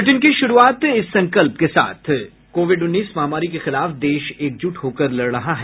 bulletin की शुरूआत इस संकल्प के साथ कोविड उन्नीस महामारी के खिलाफ देश एकजुट होकर लड़ रहा है